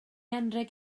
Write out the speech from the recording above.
anrheg